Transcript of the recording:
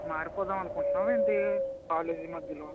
మారిపోదాం అనుకుంటున్నావా ఏంటి కాలేజీ మధ్యలో